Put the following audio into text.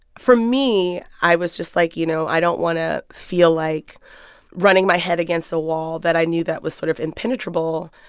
for me, i was just, like, you know, i don't want to feel like running my head against a wall that i knew that was sort of impenetrable.